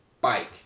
bike